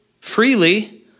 freely